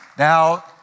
Now